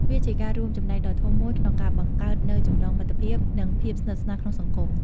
វាជាការរួមចំណែកដ៏ធំមួយក្នុងការបង្កើតនូវចំណងមិត្តភាពនិងភាពស្និទ្ធស្នាលក្នុងសង្គម។